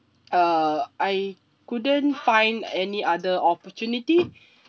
uh I couldn't find any other opportunity